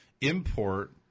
import